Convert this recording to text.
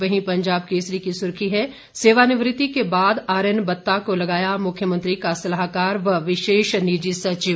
वहीं पंजाब केसरी की सुर्खी है सेवानिवृति के बाद आरएन बत्ता को लगाया मुख्यमंत्री का सलाहकार व विशेष निजी सचिव